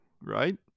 right